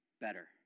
better